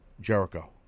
Jericho